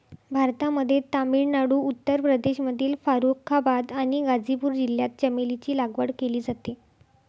भारतामध्ये तामिळनाडू, उत्तर प्रदेशमधील फारुखाबाद आणि गाझीपूर जिल्ह्यात चमेलीची लागवड केली जाते